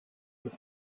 this